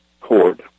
court